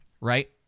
right